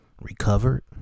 recovered